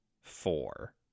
four